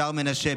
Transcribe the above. בשער מנשה,